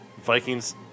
Vikings